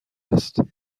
است